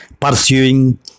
pursuing